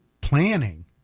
planning